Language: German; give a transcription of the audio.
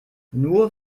nur